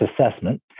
assessment